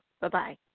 bye-bye